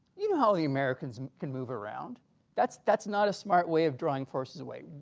you know how the americans can move around that's that's not a smart way of drawing forces away.